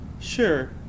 Sure